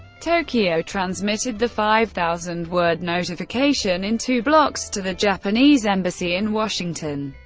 tokyo transmitted the five thousand word notification in two blocks to the japanese embassy in washington.